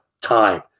Time